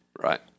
Right